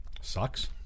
Sucks